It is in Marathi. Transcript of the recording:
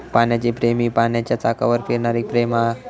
पाण्याची फ्रेम ही पाण्याच्या चाकावर फिरणारी फ्रेम आहे